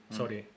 Sorry